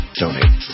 donate